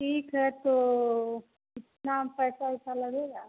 ठीक है तो कितना पैसा ओएसा लगेगा